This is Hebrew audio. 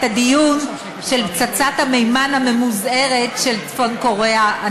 הדיון על פצצת המימן הממוזערת של צפון-קוריאה.